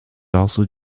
also